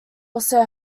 also